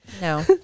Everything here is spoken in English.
No